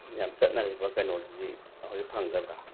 ꯌꯥꯝ ꯆꯠꯅꯔꯤꯕ ꯀꯩꯅꯣꯗꯨꯗꯤ ꯍꯧꯖꯤꯛ ꯐꯪꯒꯗ꯭ꯔꯥ